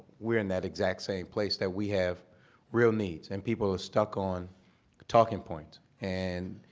we're in that exact same place that we have real needs. and people are stuck on talking points. and